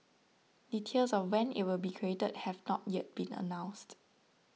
details of when it will be created have not yet been announced